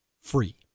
free